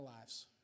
lives